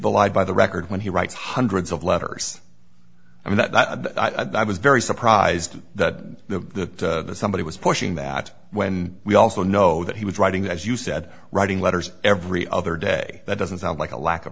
belied by the record when he writes hundreds of letters i mean that i was very surprised that the somebody was pushing that when we also know that he was writing as you said writing letters every other day that doesn't sound like a lack of